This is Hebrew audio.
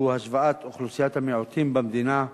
שהוא השוואת אוכלוסיית המיעוטים במדינה,